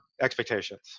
expectations